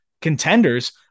contenders